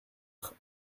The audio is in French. quatre